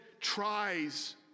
tries